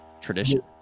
tradition